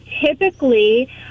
typically